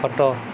ଖଟ